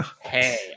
Hey